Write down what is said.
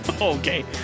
Okay